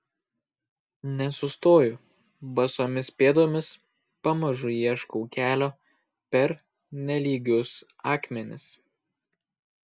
nesustoju basomis pėdomis pamažu ieškau kelio per nelygius akmenis